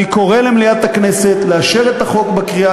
אני קורא למליאת הכנסת לאשר את החוק בקריאה